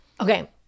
Okay